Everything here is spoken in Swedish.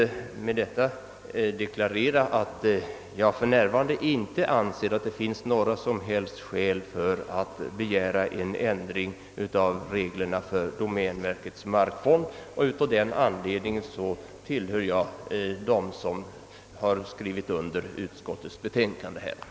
Jag har med detta velat deklarera att jag för närvarande inte anser att det finns några som helst skäl att begära en ändring av reglerna för disposition av domänverkets markfond, och jag tillhör därför dem som ställt sig bakom utskottsmajoritetens förslag.